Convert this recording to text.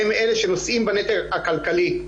והם אלה שנושאים בנטל הכלכלי.